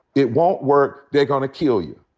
it won't work. they're gonna kill you.